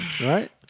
Right